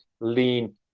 lean